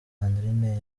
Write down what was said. sandrine